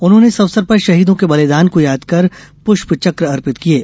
उन्होंने इस अवसर पर शहीदों के बलिदान को याद कर पृष्पचक अर्पित किये